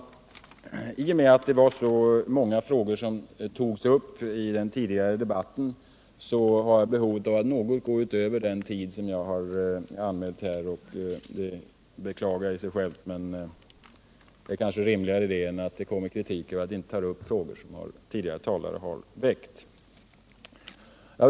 Genom att så många frågor tagits upp i den tidigare debatten har jag ett behov av att något överskrida den taletid som jag anmält mig för. Jag beklagar detta i och för sig, men det är kanske rimligare att tala något längre än att få kritik för att jag inte tar upp frågor som tidigare talare har väckt.